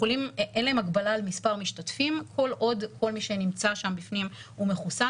אין להם הגבלה על מספר משתתפים כל עוד כל מי שנמצא שם בפנים הוא מחוסן,